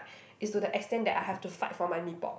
it's to the extent that I have to fight for my mee pok